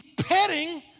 petting